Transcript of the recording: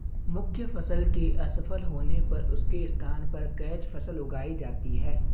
मुख्य फसल के असफल होने पर उसके स्थान पर कैच फसल उगाई जाती है